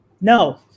no